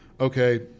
okay